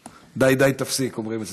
די, די, תפסיק, אומרים אצלנו.